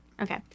Okay